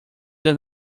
does